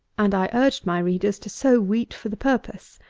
and i urged my readers to sow wheat for the purpose.